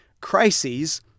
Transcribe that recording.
crises